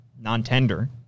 non-tender